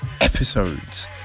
episodes